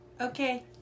Okay